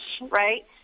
right